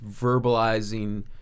verbalizing